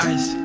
Ice